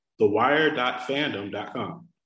thewire.fandom.com